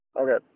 Okay